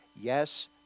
Yes